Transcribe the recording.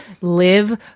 live